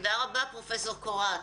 תודה רבה פרופסור קורת.